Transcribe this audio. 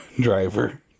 Driver